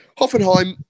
Hoffenheim